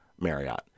Marriott